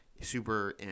super